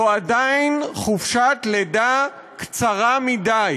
זאת עדיין חופשת לידה קצרה מדי